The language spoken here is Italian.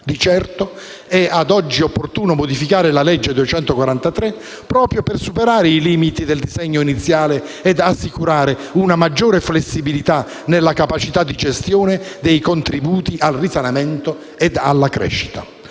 Di certo è ad oggi opportuno modificare la legge n. 243, proprio per superare i limiti del disegno iniziale e per assicurare una maggiore flessibilità nella capacità di gestione dei contributi al risanamento e alla crescita.